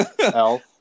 Elf